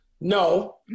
No